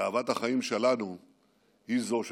ואהבת החיים שלנו היא זו שתנצח.